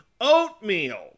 oatmeal